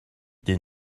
des